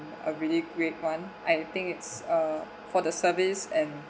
a really great one I think it's uh for the service and